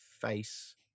face